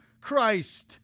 Christ